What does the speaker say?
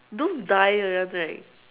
don't die that one right